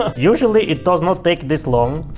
ah usually it does not take this long,